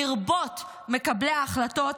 לרבות מקבלי ההחלטות,